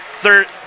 third